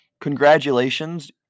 congratulations